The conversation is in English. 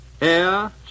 air